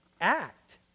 act